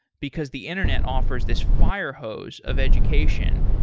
because the internet offers this fire hose of education.